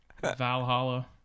Valhalla